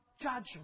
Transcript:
judgment